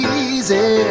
easy